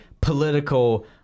political